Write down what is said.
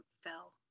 fell